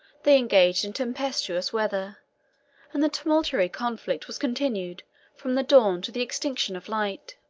they engaged in tempestuous weather and the tumultuary conflict was continued from the dawn to the extinction of light.